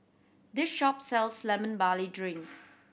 this shop sells Lemon Barley Drink